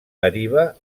deriva